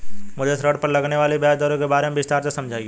मुझे ऋण पर लगने वाली ब्याज दरों के बारे में विस्तार से समझाएं